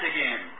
again